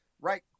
right